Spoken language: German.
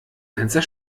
fenster